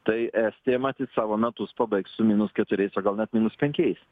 tai estija matyt savo metus pabaigs su minus keturiais ar gal net minus penkiais